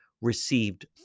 received